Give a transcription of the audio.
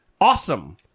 awesome